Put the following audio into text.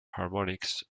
harmonics